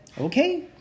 okay